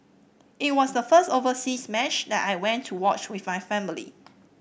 it was the first overseas match that I went to watch with my family